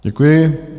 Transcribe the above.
Děkuji.